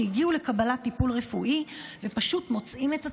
שהגיעו לקבלת טיפול רפואי ופשוט מוצאים את עצמם,